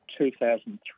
2003